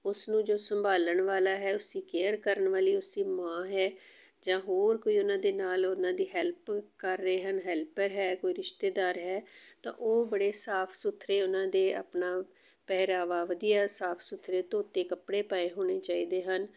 ਉਸ ਨੂੰ ਜੋ ਸੰਭਾਲਣ ਵਾਲਾ ਹੈ ਉਸਦੀ ਕੇਅਰ ਕਰਨ ਵਾਲੀ ਉਸਦੀ ਮਾਂ ਹੈ ਜਾਂ ਹੋਰ ਕੋਈ ਉਹਨਾਂ ਦੇ ਨਾਲ ਉਹਨਾਂ ਦੀ ਹੈਲਪ ਕਰ ਰਹੇ ਹਨ ਹੈਲਪਰ ਹੈ ਕੋਈ ਰਿਸ਼ਤੇਦਾਰ ਹੈ ਤਾਂ ਉਹ ਬੜੇ ਸਾਫ ਸੁਥਰੇ ਉਹਨਾਂ ਦੇ ਆਪਣਾ ਪਹਿਰਾਵਾ ਵਧੀਆ ਸਾਫ ਸੁਥਰੇ ਧੋਤੇ ਕੱਪੜੇ ਪਾਏ ਹੋਣੇ ਚਾਹੀਦੇ ਹਨ